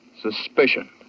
suspicion